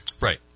Right